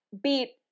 beat